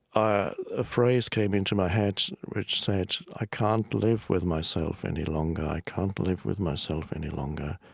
ah a phrase came into my head, which said, i can't live with myself any longer. i can't live with myself any longer.